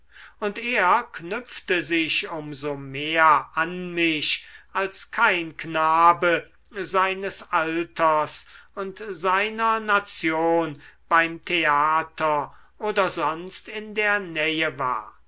und er knüpfte sich um so mehr an mich als kein knabe seines alters und seiner nation beim theater oder sonst in der nähe war